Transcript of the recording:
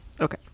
Okay